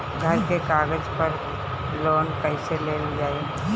घर के कागज पर लोन कईसे लेल जाई?